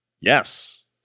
yes